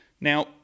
Now